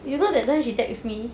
you know that time she text me